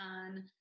on